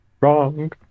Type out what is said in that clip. Wrong